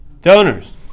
donors